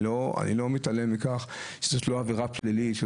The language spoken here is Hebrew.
ואני לא מתעלם מכך שזאת לא עבירה פלילית,